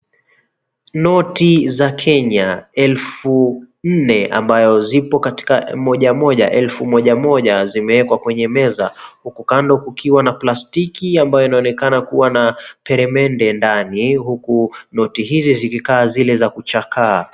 Noti za Kenya elfu nne ambayo ziko katika moja moja, elfu moja moja zimewekwa kwenye meza, huku kando kukiwa na plastiki ambayo inaonekana kuwa na peremende ndani, huku noti hizi zikikaa zile za kuchakaa.